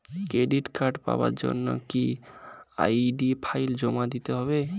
Credit card পাওয়ার জন্য কি আই.ডি ফাইল জমা দিতে হবে?